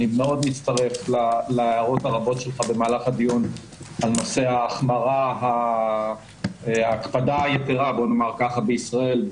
אני מצטרף להערות הרבות שלך במהלך הדיון על נושא ההקפדה היתרה בישראל,